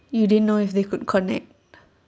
you didn't know if they could connect